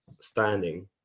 standing